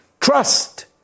trust